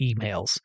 emails